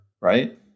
right